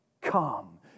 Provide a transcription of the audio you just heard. come